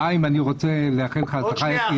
חיים, אני רוצה לאחל לך הצלחה.